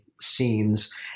scenes